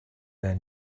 their